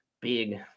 big